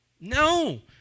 no